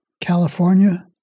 California